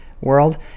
World